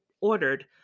ordered